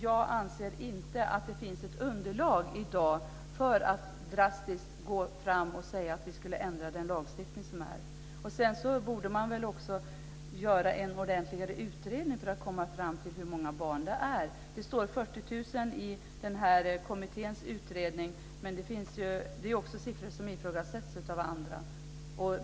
Jag anser inte att det i dag finns ett underlag för att drastiskt ändra den lagstiftning som gäller. Sedan borde man väl också göra en ordentligare utredning för att komma fram till hur många barn det är. Det står 40 000 i kommitténs utredning. Det är en siffra som ifrågasätts av andra.